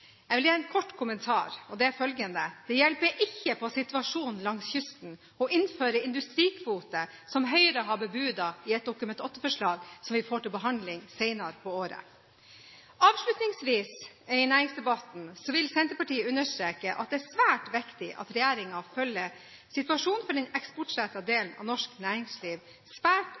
Jeg vil gi en kort kommentar, og det er: Det hjelper ikke på situasjonen langs kysten å innføre industrikvote, som Høyre har bebudet i et Dokument 8-forslag som vi får til behandling senere på året. Avslutningsvis i næringsdebatten vil Senterpartiet understreke at det er svært viktig at regjeringen følger situasjonen for den eksportrettede delen av norsk næringsliv